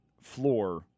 floor